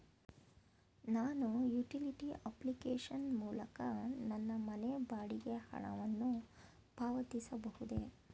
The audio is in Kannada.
ನಾನು ಯುಟಿಲಿಟಿ ಅಪ್ಲಿಕೇಶನ್ ಮೂಲಕ ನನ್ನ ಮನೆ ಬಾಡಿಗೆ ಹಣವನ್ನು ಪಾವತಿಸಬಹುದೇ?